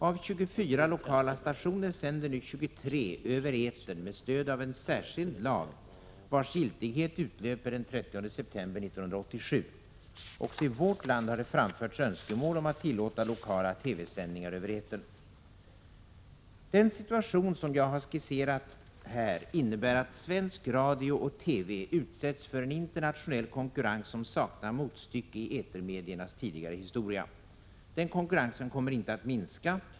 Av 24 lokala stationer sänder nu 23 över etern med stöd av en särskild lag, vars giltighet utlöper den 30 september 1987. Också i vårt land har det framförts önskemål om att tillåta lokala TV-sändningar över etern. Den situation som jag har skisserat här innebär att svensk radio och TV utsätts för en internationell konkurrens som saknar motstycke i etermediernas tidigare historia. Den konkurrensen kommer inte att minska.